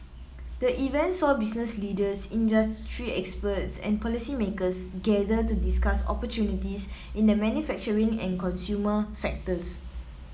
the event saw business leaders industry experts and policymakers gather to discuss opportunities in the manufacturing and consumer sectors